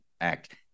act